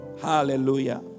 Hallelujah